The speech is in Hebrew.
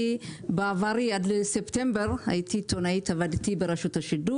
אני בעברי על לספטמבר הייתי עיתונאית, בתאגיד,